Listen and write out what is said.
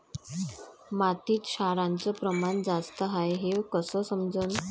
मातीत क्षाराचं प्रमान जास्त हाये हे कस समजन?